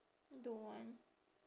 don't want